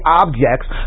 objects